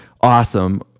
awesome